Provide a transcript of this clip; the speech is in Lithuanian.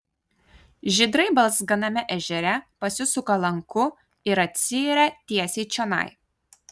žydrai balzganame ežere pasisuka lanku ir atsiiria tiesiai čionai